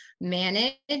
manage